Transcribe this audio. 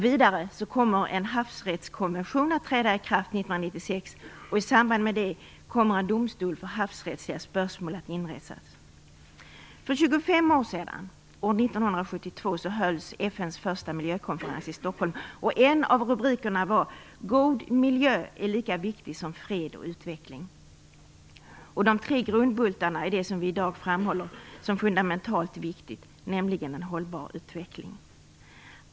Vidare kommer en havsrättskonvention att träda i kraft 1996, och i samband med det kommer en domstol för havsrättsliga spörsmål att inrättas. För 25 år sedan, år 1972, hölls FN:s första miljökonferens i Stockholm. En av rubrikerna var: God miljö är lika viktig som fred och utveckling. De tre grundbultarna är det som vi i dag framhåller som fundamentalt viktigt, nämligen en hållbar utveckling.